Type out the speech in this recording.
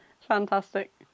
Fantastic